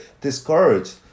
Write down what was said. discouraged